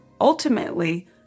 Ultimately